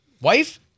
Wife